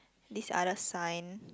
this other sign